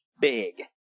big